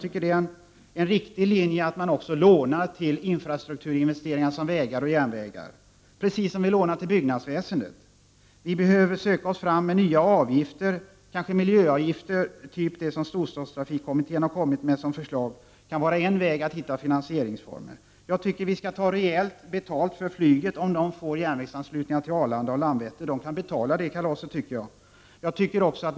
Det är en riktig linje att man också lånar till sådana infrastrukturinvesteringar som vägar och järnvägar, precis som man lånar till insatser inom byggnadsväsendet. Vi behöver söka oss fram med nya avgifter — kanske miljöavgifter av den typ som har föreslagits av storstadstrafikkommittén kan vara en form av finansiering. Vi skall ta rejält betalt av flygbolagen. Om de får järnvägsanslutningar till Arlanda och Landvetter får de vara med och betala.